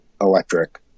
electric